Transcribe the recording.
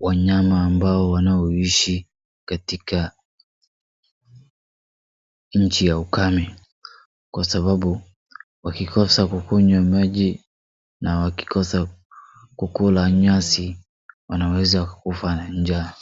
wanyama ambao wanaoishi katika nchi ya ukame kwa sababu wakikosa kukunywa maji na wakikosa kukula nyasi wanaweza kukufa na njaa.